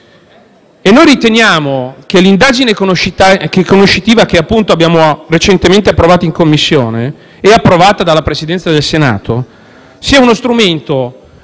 Noi riteniamo che l'indagine conoscitiva che abbiamo recentemente approvato in Commissione, e che è stata approvata dalla Presidenza del Senato, sia uno strumento